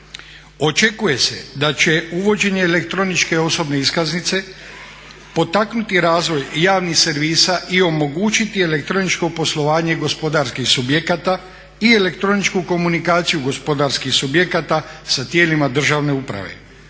Očekuje se da će uvođenje elektroničke osobne iskaznice potaknuti razvoj javnih servisa i omogućiti elektroničko poslovanje gospodarskih subjekata i elektroničku komunikaciju gospodarskih subjekata sa tijelima državne uprave